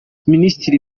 minisitiri